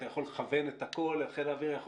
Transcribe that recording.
אתה יכול לכוון את הכול וחיל האוויר יכול